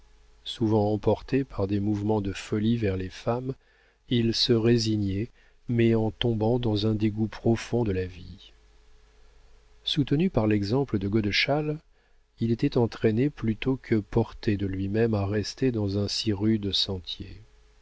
souvent emporté par des mouvements de folie vers les femmes il se résignait mais en tombant dans un dégoût profond de la vie soutenu par l'exemple de godeschal il était entraîné plutôt que porté de lui-même à rester dans un si rude sentier